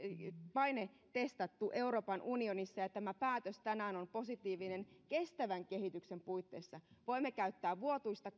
painetestattu euroopan unionissa ja tämä päätös tänään on positiivinen kestävän kehityksen puitteissa voimme käyttää vuotuista